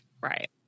right